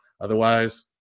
Otherwise